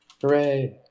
Hooray